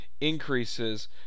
increases